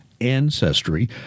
ancestry